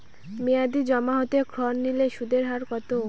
মেয়াদী জমা হতে ঋণ নিলে সুদের হার কত?